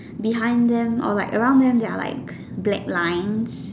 behind them or like around them there are like lack line